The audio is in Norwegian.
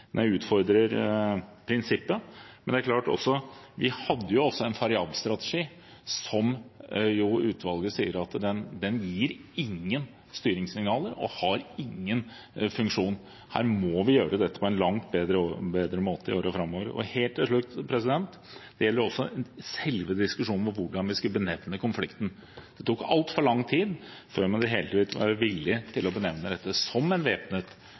prinsippet. Men det er klart at vi hadde også en Faryab-strategi, som jo utvalget sier at gir ingen styringssignaler og har ingen funksjon. Her må vi gjøre dette på en langt bedre måte i årene framover. Helt til slutt: Det gjelder også selve diskusjonen om hvordan vi skal benevne konflikten. Det tok altfor lang tid før man i det hele tatt var villig til å benevne dette som en væpnet